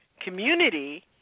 community